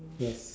yes